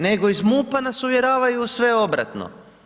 Nego iz MUP-a nas uvjeravaju u sve obratno.